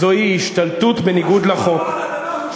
זוהי השתלטות בניגוד לחוק.